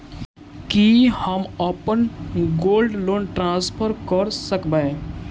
की हम अप्पन gold loan transfer करऽ सकबै?